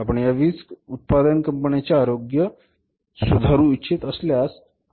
आपण या वीज उत्पादक कंपन्यांचे आरोग्य सुधारू इच्छित असल्यास